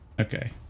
Okay